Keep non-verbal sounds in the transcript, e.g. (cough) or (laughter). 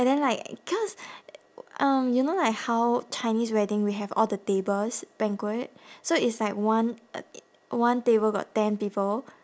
and then like cause um you know like how chinese wedding we have all the tables banquet so it's like one (noise) one table got ten people